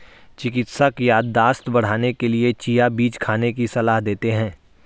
चिकित्सक याददाश्त बढ़ाने के लिए चिया बीज खाने की सलाह देते हैं